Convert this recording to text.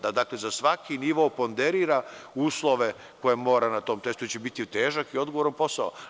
Dakle, za svaki nivo fonderira uslove koje mora na tom testu, jer će biti težak i odgovoran posao.